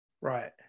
Right